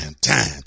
time